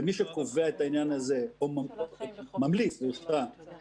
ומי שקובע את העניין הזה ------ ממליץ זה צה"ל,